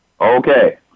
Okay